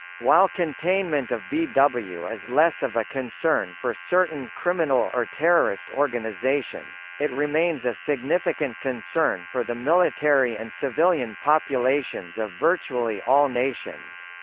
while containment of ah bw is less of a concern for certain criminal or terrorist organizations, it remains a significant concern for the military and civilian populations of virtually all nations